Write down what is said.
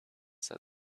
said